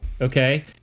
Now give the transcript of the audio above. okay